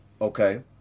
Okay